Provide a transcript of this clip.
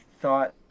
thought